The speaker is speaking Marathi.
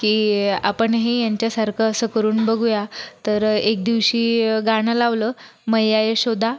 की आपणही यांच्यासारखं असं करून बघू या तर एक दिवशी गाणं लावलं मैया यशोदा